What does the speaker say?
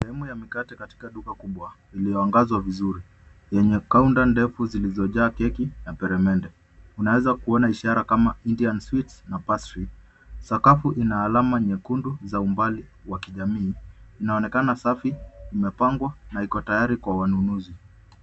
Sehemu ya mikate katika duka kubwa lililoangazwa vizuri yenye counter ndefu zilizojaa keki na peremende. Unaweza kuona ishara kama Indian sweets na pastri. Sakafu ina alama nyekundu za umbali wa kijamii. Inaonekana safi, imepangwa na iko tayari kwa wanunuzi.